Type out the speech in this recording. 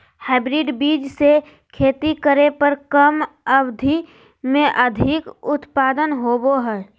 hybrid बीज से खेती करे पर कम अवधि में अधिक उत्पादन होबो हइ